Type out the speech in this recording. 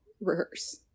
rehearse